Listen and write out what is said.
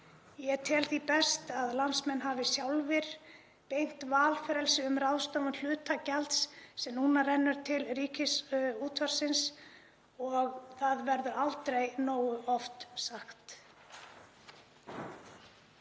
Ég tel því best að landsmenn hafi sjálfir beint valfrelsi um ráðstöfun hluta gjalds sem núna rennur til Ríkisútvarpsins og það verður aldrei nógu oft sagt.